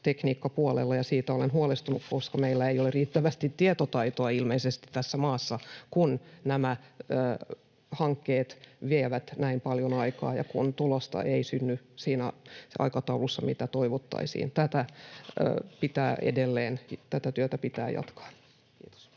tietotekniikkapuolella. Siitä olen huolestunut, koska meillä ei ilmeisesti ole riittävästi tietotaitoa tässä maassa, kun nämä hankkeet vievät näin paljon aikaa ja kun tulosta ei synny siinä aikataulussa, missä toivottaisiin. Tätä työtä pitää edelleen jatkaa. — Kiitos.